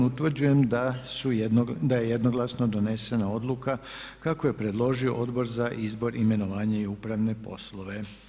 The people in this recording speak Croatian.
Utvrđujem da je jednoglasno donesena odluka kako je predložio Odbor za izbor, imenovanje i upravne poslove.